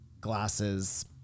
Glasses